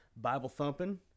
Bible-thumping